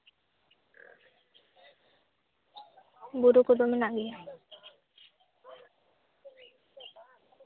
ᱵᱩᱨᱩ ᱠᱚᱫᱚ ᱢᱮᱱᱟᱜ ᱜᱮᱭᱟ